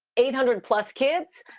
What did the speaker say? eight hundred plus kids.